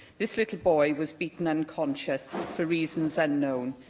this little boy was beaten unconscious for reasons unknown,